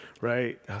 right